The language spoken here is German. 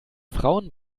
frauen